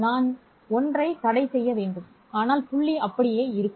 நான் 1 ஐ தடை செய்ய வேண்டும் ஆனால் புள்ளி அப்படியே இருக்கும்